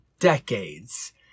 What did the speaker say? decades